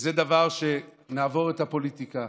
זה דבר שנעבור את הפוליטיקה,